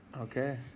Okay